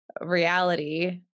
reality